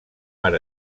mar